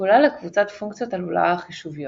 שקולה לקבוצת פונקציות הלולאה החישוביות.